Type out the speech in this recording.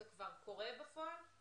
זה כבר קורה בפועל?